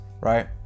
right